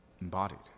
embodied